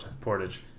portage